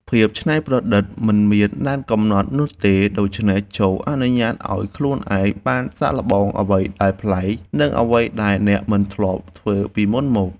ភាពច្នៃប្រឌិតមិនមានដែនកំណត់នោះទេដូច្នេះចូរអនុញ្ញាតឱ្យខ្លួនឯងបានសាកល្បងអ្វីដែលប្លែក និងអ្វីដែលអ្នកមិនធ្លាប់ធ្វើពីមុនមក។